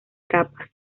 capas